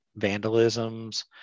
vandalisms